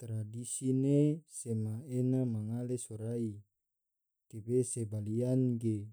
Tradisi ne sema ena mangale sorai, tebe se baleyan ge,